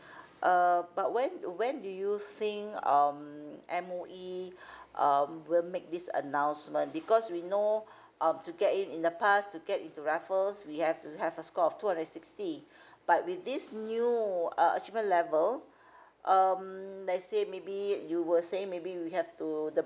err but when when do you think um M_O_E um will make this announcement because we know um to get in in the past to get into raffles we have to have a score of two hundred and sixty but with this new uh achievement level um let's say maybe you were saying maybe we have to the